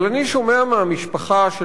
אבל אני שומע מהמשפחה של